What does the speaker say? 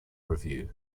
review